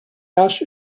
ash